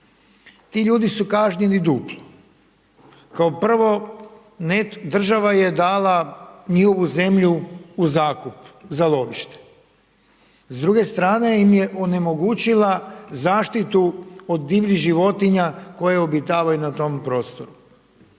Ti ljudi su kažnjeni duplo. Kao prvo, država je dala njihovu zemlju u zakup za lovište, s druge strane im je onemogućila zaštitu od divljih životinja koje obitavaju na tom prostoru.